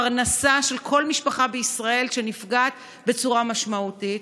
הפרנסה של כל משפחה בישראל נפגעת בצורה משמעותית.